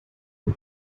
for